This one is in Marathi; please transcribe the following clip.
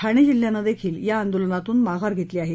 ठाणे जिल्ह्यानंही या आंदोलनातून माघार घेतली आहे